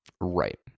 Right